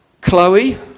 Chloe